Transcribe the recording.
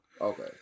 Okay